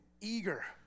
eager